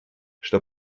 что